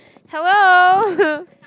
hello